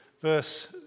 verse